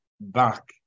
back